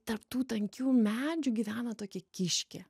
tarp tų tankių medžių gyvena tokia kiškė